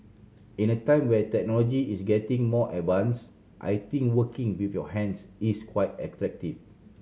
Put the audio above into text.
in a time where technology is getting more advanced I think working with your hands is quite attractive